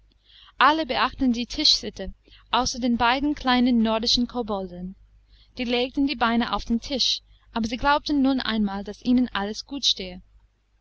alle beachteten die tischsitte außer den beiden kleinen nordischen kobolden die legten die beine auf den tisch aber sie glaubten nun einmal daß ihnen alles gut stehe